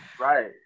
Right